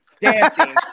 dancing